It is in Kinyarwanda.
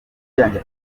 yanjye